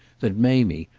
that mamie,